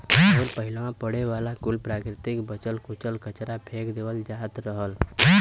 अउर पहिलवा पड़े वाला कुल प्राकृतिक बचल कुचल कचरा फेक देवल जात रहल